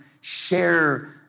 share